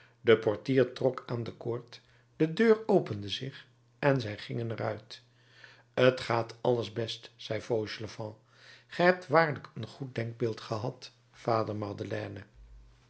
de portier trok aan de koord de deur opende zich en zij gingen er uit t gaat alles best zei fauchelevent ge hebt waarlijk een goed denkbeeld gehad vader madeleine